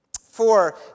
Four